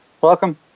welcome